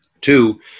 Two